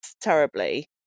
terribly